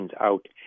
out